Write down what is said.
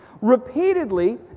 Repeatedly